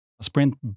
Sprint